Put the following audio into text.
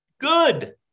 Good